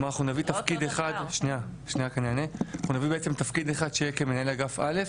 אנחנו נביא בעצם תפקיד אחד שיהיה כמנהל אגף א'